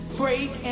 break